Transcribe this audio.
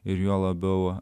ir juo labiau